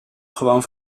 gewoon